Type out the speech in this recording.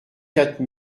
quatre